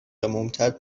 ممتد